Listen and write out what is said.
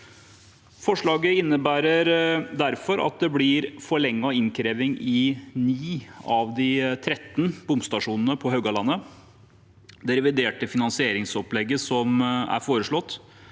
Forslaget innebærer derfor at det blir forlenget innkreving i 9 av de 13 bomstasjonene på Haugalandet. Det reviderte finansieringsopplegget som er foreslått,